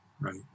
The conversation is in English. right